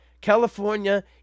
California